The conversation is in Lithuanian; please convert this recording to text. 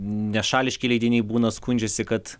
nešališki leidiniai būna skundžiasi kad